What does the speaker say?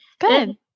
Good